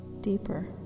deeper